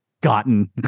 gotten